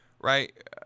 right